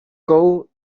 gold